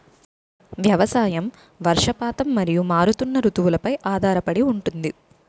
వ్యవసాయం వర్షపాతం మరియు మారుతున్న రుతువులపై ఆధారపడి ఉంటుంది